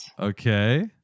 okay